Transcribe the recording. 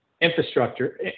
infrastructure